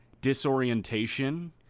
disorientation